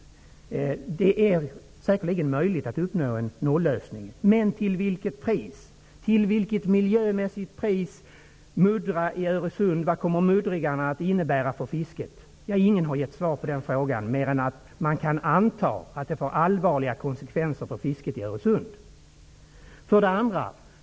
Det är säkerligen möjligt att uppnå en nollösning, men till vilket pris? Till vilket miljömässigt pris skall man muddra i Öresund? Vad kommer muddringarna att innebära för fisket? Ingen har gett svar på den frågan, mer än att man har sagt att det kan antas att det får allvarliga konsekvenser för fisket i Öresund.